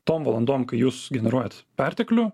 tom valandom kai jūs generuojat perteklių